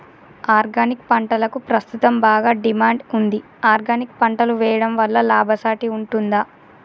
Organic పంటలకు ప్రస్తుతం బాగా డిమాండ్ ఉంది ఆర్గానిక్ పంటలు వేయడం వల్ల లాభసాటి ఉంటుందా?